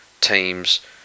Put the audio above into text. teams